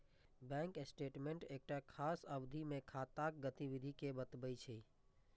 bank statement एकटा खास अवधि मे खाताक गतिविधि कें बतबै छै